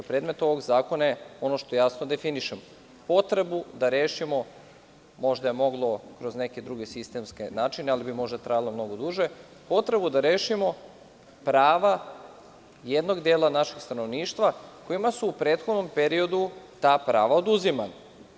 Predmet ovog zakona je ono što jasno definišemo – potrebu da rešimo, možda je moglo kroz neke druge sistemske načine ali bi sve to trajalo mnogo duže, prava jednog dela našeg stanovništva kojima su u prethodnom periodu ta prava oduzimana.